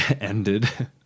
ended